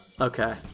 okay